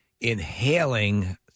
inhaling